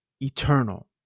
eternal